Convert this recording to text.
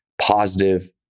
positive